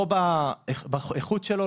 לא באיכות שלו,